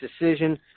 decision